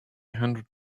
hundred